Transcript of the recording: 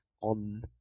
on